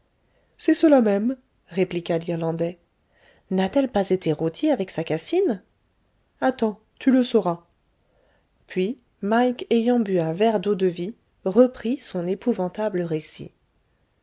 c'est cela même répliqua l'irlandais n'a-t-elle pas été rôtie avec sa cassine attends tu le sauras puis mike ayant bu un verre d'eau-de-vie reprit son épouvantable récit